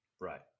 Right